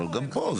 גם פה.